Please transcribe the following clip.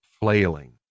flailing